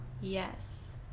yes